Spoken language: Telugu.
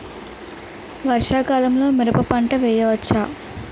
వర్షాకాలంలో మిరప పంట వేయవచ్చా?